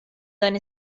dan